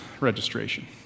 registration